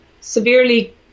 severely